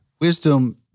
Wisdom